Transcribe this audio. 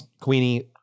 Queenie